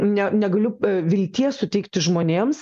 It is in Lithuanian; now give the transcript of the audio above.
ne negaliu vilties suteikti žmonėms